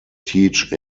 teach